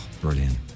Brilliant